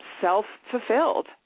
self-fulfilled